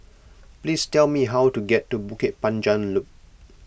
please tell me how to get to Bukit Panjang Loop